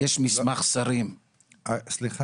יש מסמך שרים --- סליחה,